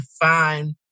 define